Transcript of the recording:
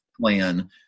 plan